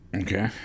Okay